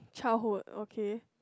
childhood okay